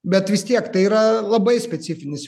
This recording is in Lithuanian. bet vis tiek tai yra labai specifinis